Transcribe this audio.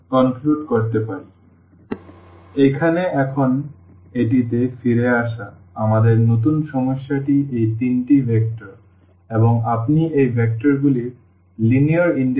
সুতরাং এখানে এখন এটিতে ফিরে আসা আমাদের নতুন সমস্যা টি এই তিনটি ভেক্টর এবং আপনি এই ভেক্টরগুলির লিনিয়ার ইনডিপেনডেন্স পরীক্ষা করতে চান